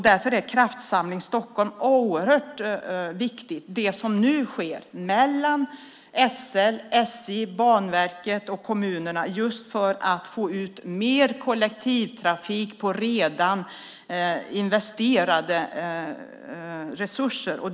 Därför är Kraftsamling Stockholm mycket viktigt och det som nu sker mellan SL, SJ, Banverket och kommunerna just för att få ut mer kollektivtrafik på redan investerade resurser.